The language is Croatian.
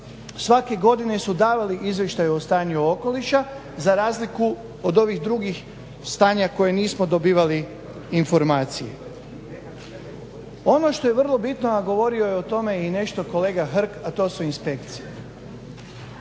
svake godine su davali izvještaj o stanju okoliša za razliku od ovih drugih stanja koje nismo dobivali informacije. Ono što je vrlo bitno a govorio je o tome i nešto kolega Hrg a to su inspekcije.